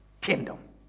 kingdom